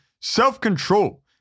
self-control